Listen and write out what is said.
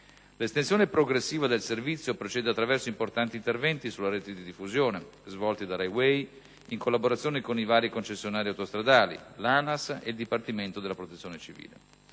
L'estensione progressiva del servizio procede attraverso importanti interventi sulla rete di diffusione, svolti da RAI Way in collaborazione con i vari concessionari autostradali, l'ANAS e il Dipartimento della protezione civile.